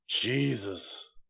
Jesus